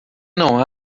não